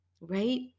Right